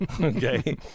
okay